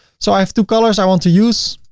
so i have two colors i want to use.